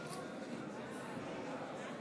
זה בסדר.